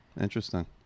interesting